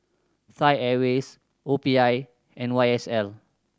Thai Airways O P I and Y S L